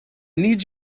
need